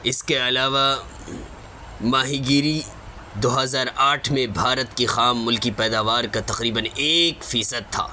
اس کے علاوہ ماہی گیری دو ہزار آٹھ میں بھارت کی خام ملکی پیداوار کا تقریباً ایک فیصد تھا